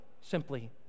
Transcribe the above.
simply